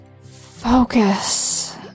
Focus